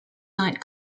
night